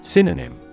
Synonym